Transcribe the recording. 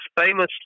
famous